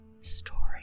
story